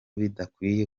bidakwiye